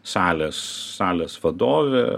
salės salės vadovė